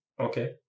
Okay